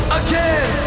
again